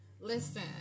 listen